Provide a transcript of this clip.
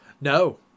No